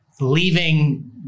leaving